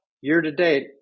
Year-to-date